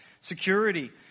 security